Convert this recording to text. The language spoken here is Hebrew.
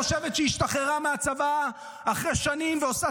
חושבת שהיא השתחררה מהצבא אחרי שנים ועושה